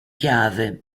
chiave